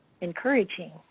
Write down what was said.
encouraging